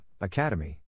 Academy